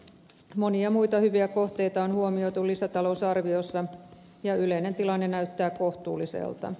monia muita hyviä kohteita on huomioitu lisätalousarviossa ja yleinen tilanne näyttää kohtuulliselta